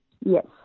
Yes